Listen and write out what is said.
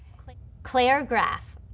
like claire graf,